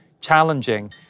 challenging